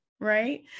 right